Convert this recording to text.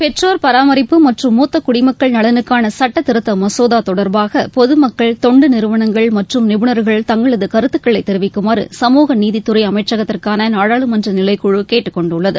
பெற்றோர் பராமரிப்பு மற்றம் மூத்த குடிமக்கள் நலனுக்கான சட்டத்திருத்த மசோதா தொடர்பாக பொதுமக்கள் தொண்டு நிறுவனங்கள் மற்றும் நிபுணர்கள் தங்களது கருத்துக்களை தெரிவிக்குமாறு சமூக நீதித்துறை அமைச்சகத்திற்கான நாடாளுமன்ற நிலைக்குழு கேட்டுக்கொண்டுள்ளது